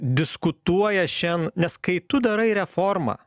diskutuoja šian nes kai tu darai reformą